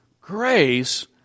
grace